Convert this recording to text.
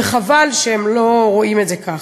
וחבל שהם לא רואים את זה כך.